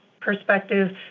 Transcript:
perspective